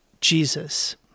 Jesus